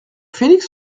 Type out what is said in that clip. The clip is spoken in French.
felix